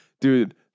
dude